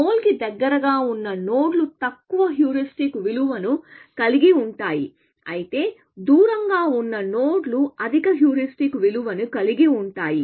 goal కి దగ్గరగా ఉన్న నోడ్లు తక్కువ హ్యూరిస్టిక్ విలువను కలిగి ఉంటాయి అయితే దూరంగా ఉన్న నోడ్లు అధిక హ్యూరిస్టిక్ విలువను కలిగి ఉంటాయి